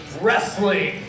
wrestling